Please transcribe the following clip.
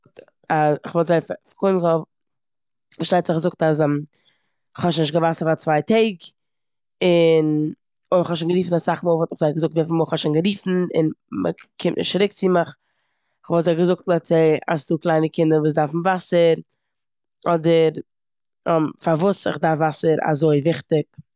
א- קודם וואלט איך געזאגט פארשטייט זיך געזאגט אז כ'האב שוין נישט קיין וואסער פאר צוויי טעג און אויך כ'האב שוין גערופן אסאך מאל וואלט איך זיי געזאגט וויפיל מאל כ'האב שוין גערופן און מ'קומט נישט צוריק צו מיך. כ'וואלט זיי געזאגט לעטס סעי אז ס'דא קליינע קינדער וואס דארפן וואסער אדער פארוואס כ'דארף וואסער אזוי וויכטיג.